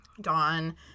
Dawn